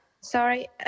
Sorry